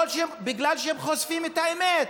בגלל שהם חושפים את האמת.